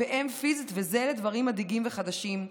ואלה דברים מדאיגים וחדשים.